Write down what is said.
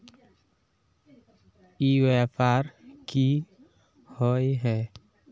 ई व्यापार की होय है?